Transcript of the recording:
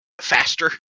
faster